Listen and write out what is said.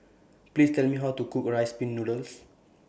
Please Tell Me How to Cook Rice Pin Noodles